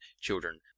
children